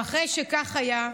ואחרי שכך היה,